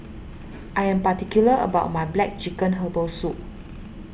I am particular about my Black Chicken Herbal Soup